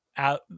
Out